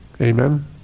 Amen